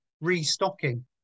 restocking